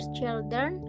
children